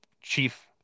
chief